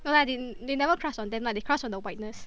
no lah they never crush on them lah they crush on the whiteness